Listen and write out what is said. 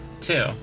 Two